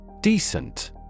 Decent